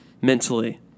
mentally